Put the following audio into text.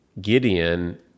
Gideon